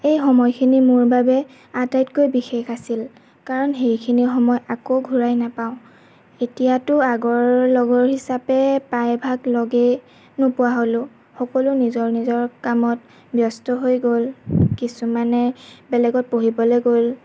এই সময়খিনি মোৰ বাবে আটাইতকৈ বিশেষ আছিল কাৰণ সেইখিনি সময় আকৌ ঘূৰাই নাপাওঁ এতিয়াটো আগৰ লগৰ হিচাপে প্ৰায় ভাগ লগেই নোপোৱা হ'লোঁ সকলো নিজৰ নিজৰ কামত ব্যস্ত হৈ গ'ল কিছুমানে বেলেগত পঢ়িবলৈ গ'ল